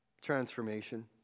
Transformation